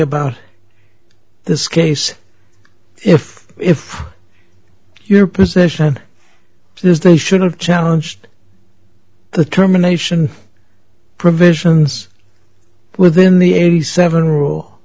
about this case if your position is they should have challenged the terminations provisions within the eighty seven